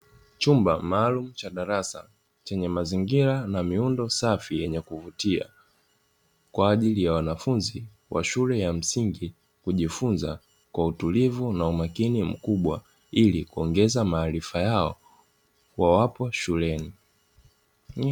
Chumba maalum cha darasa chenye mazingira na miundo safi yenye kuvutia kwa ajili ya wanafunzi wa shule ya msingi kujifunza kwa utulivu na umakini mkubwa ili kuongeza maarifa yao wawapo shuleni.